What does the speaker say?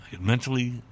mentally